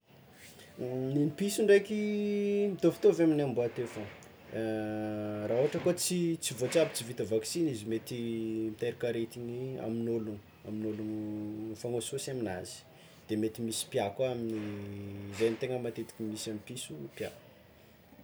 Negny piso ndraiky mitovitovy amin'ny amboà teo foagna raha ohatra ka hoe tsy tsy voatsabo tsy vita vaksiny izy mety miteraka aretigny amin'ôlogno amin'ôlogno mifagnosihosy amin'azy de mety pià koa amin'ny zay no tegna matetiky misy amy piso pià.